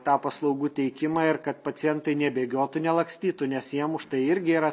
tą paslaugų teikimą ir kad pacientai nebėgiotų nelakstytų nes jiem už tai irgi yra